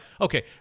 okay